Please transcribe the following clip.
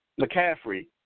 McCaffrey